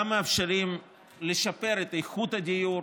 גם מאפשרים לשפר את איכות הדיור,